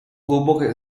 глубокая